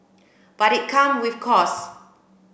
but it come with costs